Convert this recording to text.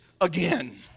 again